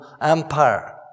Empire